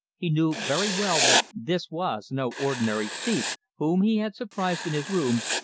he knew very well that this was no ordinary thief whom he had surprised in his rooms,